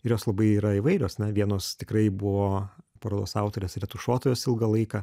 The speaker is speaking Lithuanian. ir jos labai yra įvairios na vienos tikrai buvo parodos autorės retušuotojos ilgą laiką